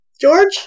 George